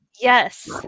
yes